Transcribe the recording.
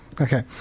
Okay